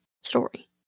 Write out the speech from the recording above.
story